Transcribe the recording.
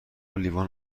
لیوان